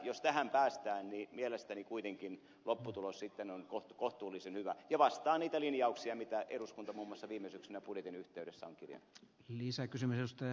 jos tähän päästään niin mielestäni kuitenkin lopputulos sitten on kohtuullisen hyvä ja vastaa niitä linjauksia mitä eduskunta muun muassa viime syksynä budjetin yhteydessä on kirjannut